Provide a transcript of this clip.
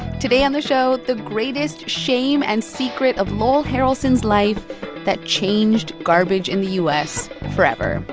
today on the show, the greatest shame and secret of lowell harrelson's life that changed garbage in the u s. forever.